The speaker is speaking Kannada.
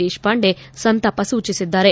ದೇಶಪಾಂಡೆ ಸಂತಾಪ ಸೂಚಿಸಿದ್ದಾರೆ